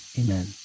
Amen